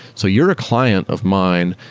so you're a client of mine.